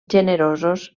generosos